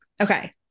okay